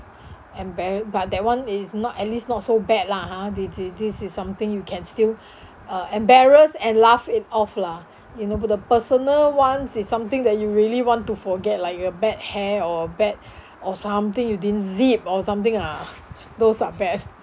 embar~ but that one is not at least not so bad lah ha thi~ thi~ this is something you can still uh embarrass and laugh it off lah you know the personal one is something that you really want to forget like your bad hair or bad or something you didn't zip or something ah those are bad